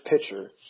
pitcher